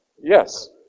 Yes